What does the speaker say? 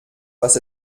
was